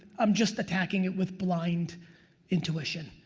i'm just attacking it with blind intuition.